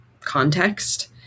context